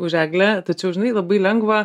už eglę tačiau žinai labai lengva